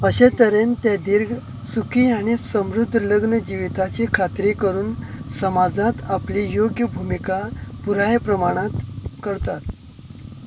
अशें तरेन ते दीर्घ सुखी आनी समृद्ध लग्न जिविताची खात्री करून समाजांत आपली योग्य भुमिका पुराय प्रमाणांत करतात